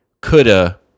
coulda